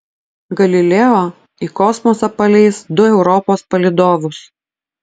galileo į kosmosą paleis du europos palydovus